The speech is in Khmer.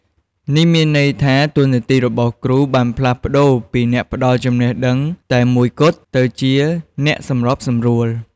នេះមានន័យថា តួនាទីរបស់គ្រូបានផ្លាស់ប្ដូរពីអ្នកផ្ដល់ចំណេះដឹងតែមួយគត់ ទៅជា អ្នកសម្របសម្រួល។